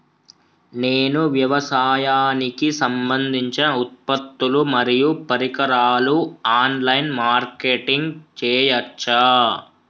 నేను వ్యవసాయానికి సంబంధించిన ఉత్పత్తులు మరియు పరికరాలు ఆన్ లైన్ మార్కెటింగ్ చేయచ్చా?